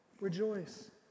Rejoice